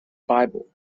bible